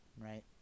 right